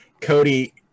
Cody